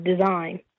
design